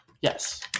Yes